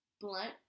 blunt